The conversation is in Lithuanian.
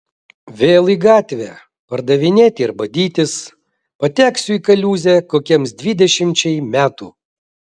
vėl į gatvę pardavinėti ir badytis pateksiu į kaliūzę kokiems dvidešimčiai metų